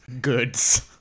goods